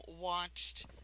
watched